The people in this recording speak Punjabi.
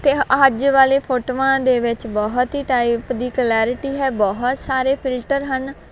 ਅਤੇ ਅੱਜ ਵਾਲੇ ਫੋਟੋਆਂ ਦੇ ਵਿੱਚ ਬਹੁਤ ਹੀ ਟਾਈਪ ਦੀ ਕਲੈਰਟੀ ਹੈ ਬਹੁਤ ਸਾਰੇ ਫਿਲਟਰ ਹਨ